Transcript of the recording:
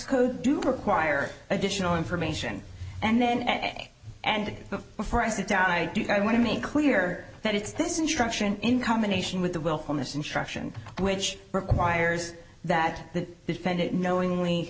code do require additional information and then at and before i sit down i do i want to make clear that it's this instruction in combination with the willfulness instruction which requires that the defendant knowingly